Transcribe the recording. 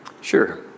Sure